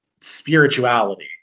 spirituality